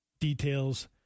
details